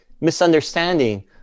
misunderstanding